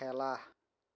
খেলা